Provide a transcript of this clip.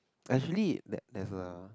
actually that there's a